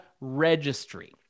registry